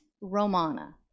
Romana